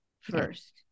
first